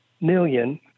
million